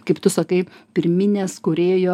kaip tu sakai pirminės kūrėjo